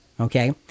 okay